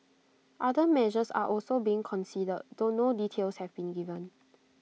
other measures are also being considered though no details have been given